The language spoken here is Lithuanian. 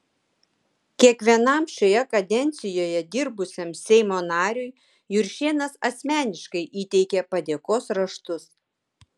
kiekvienam šioje kadencijoje dirbusiam seimo nariui juršėnas asmeniškai įteikė padėkos raštus